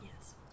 Yes